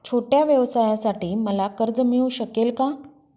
छोट्या व्यवसायासाठी मला कर्ज मिळू शकेल का?